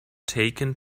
taken